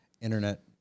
internet